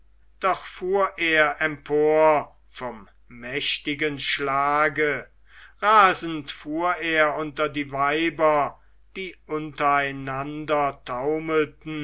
doch fuhr er empor vom mächtigen schlage rasend fuhr er unter die weiber die untereinander